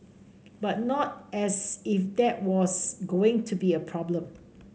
but not as if that was going to be a problem